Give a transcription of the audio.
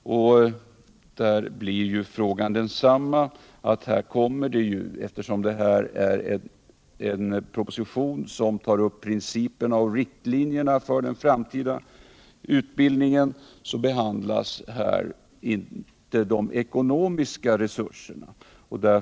Där blir svaret detsamma, att eftersom den aktuella propositionen tar upp principerna och riktlinjerna för den framtida utbildningen, behandlas här inte de ekonomiska resurserna.